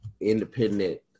independent